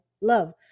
love